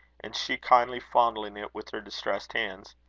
and she kindly fondling it with her distressed hands.